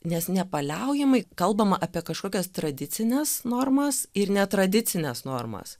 nes nepaliaujamai kalbama apie kažkokias tradicines normas ir netradicines normas